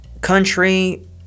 country